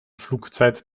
flugzeit